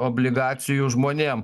obligacijų žmonėm